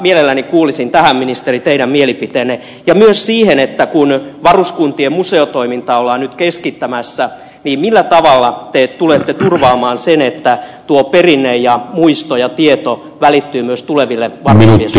mielelläni kuulisin tähän ministeri teidän mielipiteenne ja myös siihen että kun varuskuntien museotoimintaa ollaan nyt keskittämässä millä tavalla te tulette turvaamaan sen että tuo perinne ja muisto ja tieto välittyy myös tuleville varusmiessukupolville